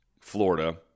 Florida